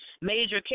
major